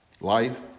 life